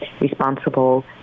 responsible